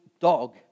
dog